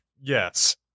Yes